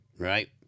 right